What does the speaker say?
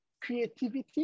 creativity